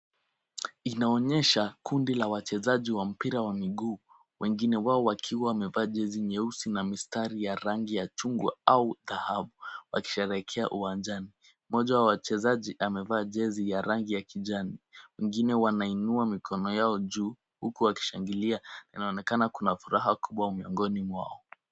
Inaonyesha kundi la wachezaji wa mpira wa mguu. wengine wao wakiwa wamevaa jezi nyeusi na mistari ya rangi ya chungwa au dhahabu wakisherehekea uwanjani moja wa wachezaji amevaa Jezi ya rangi ya kijani wengine wanainua mikono yao juu huku wakishangilia inaonekana kuna furaha kubwa miongoni mwao.